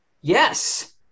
yes